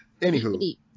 Anywho